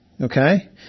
Okay